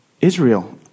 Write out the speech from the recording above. Israel